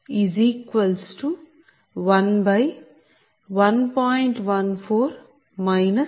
002 Pg2